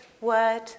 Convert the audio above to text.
word